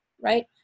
right